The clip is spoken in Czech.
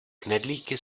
knedlíky